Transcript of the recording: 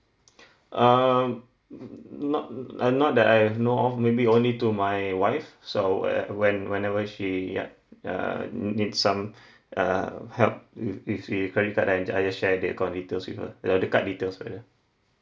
um not uh not that I have know of maybe only to my wife so when when whenever she yup err needs some uh help with with the credit card I I'll share the account details with her uh the card details with her